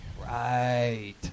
Right